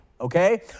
okay